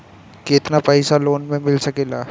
केतना पाइसा लोन में मिल सकेला?